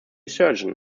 surgeon